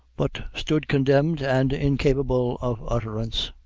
but stood condemned and incapable of utterance.